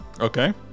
okay